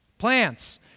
Plants